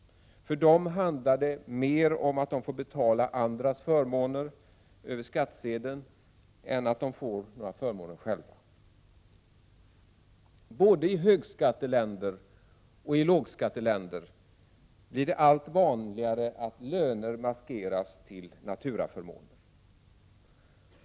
För dem handlar det mer om att de får betala andras förmåner över skattsedeln än att de får några förmåner själva. Både i högskatteländer och i lågskatteländer blir det allt vanligare att löner maskeras till naturaförmåner.